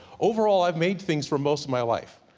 overall i've made things for most of my life.